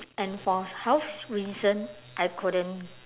and for health reason I couldn't